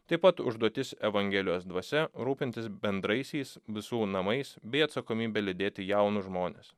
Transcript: taip pat užduotis evangelijos dvasia rūpintis bendraisiais visų namais bei atsakomybe lydėti jaunus žmones